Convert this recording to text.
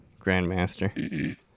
Grandmaster